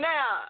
Now